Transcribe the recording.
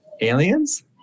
Aliens